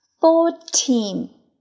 fourteen